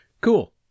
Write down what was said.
cool